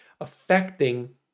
affecting